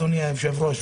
אדוני היושב-ראש,